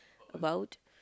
about